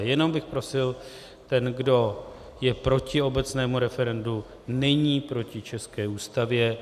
Jenom bych prosil, ten, kdo je proti obecnému referendu, není proti české Ústavě.